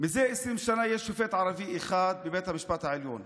מזה 20 שנה יש שופט ערבי אחד בבית המשפט העליון.